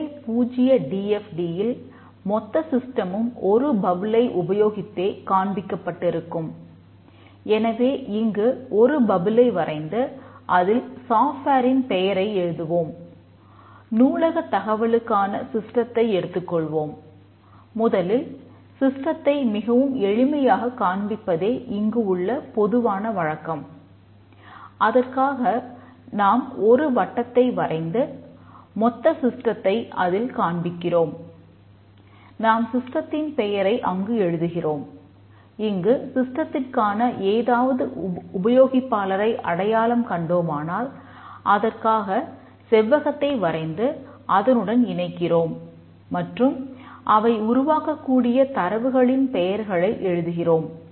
நிலை 0 D F D ஏதாவது உபயோகிப்பாளரை அடையாளம் கண்டோமானால் அதற்காக செவ்வகத்தை வரைந்து அதனுடன் இணைக்கிறோம் மற்றும் அவை உருவாக்கக்கூடிய தரவுகளின் பெயர்களை எழுதுகிறோம்